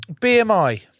BMI